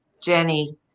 Jenny